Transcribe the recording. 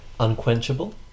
Unquenchable